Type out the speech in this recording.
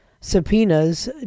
subpoenas